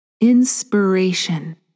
Inspiration